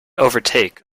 overtake